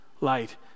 light